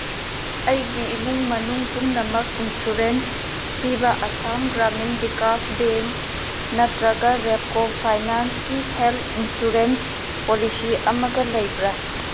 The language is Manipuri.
ꯑꯩꯒꯤ ꯏꯃꯨꯡ ꯃꯅꯨꯡ ꯄꯨꯝꯅꯃꯛ ꯏꯟꯁꯨꯔꯦꯟꯁ ꯄꯤꯕ ꯑꯁꯥꯝ ꯒ꯭ꯔꯥꯃꯤꯟ ꯚꯤꯀꯥꯁ ꯕꯦꯡ ꯅꯠꯇ꯭ꯔꯒ ꯔꯦꯞꯀꯣ ꯐꯥꯏꯅꯥꯟꯁꯀꯤ ꯍꯦꯜꯠ ꯏꯟꯁꯨꯔꯦꯟꯁ ꯄꯣꯂꯤꯁꯤ ꯑꯃꯒ ꯂꯩꯕ꯭ꯔꯥ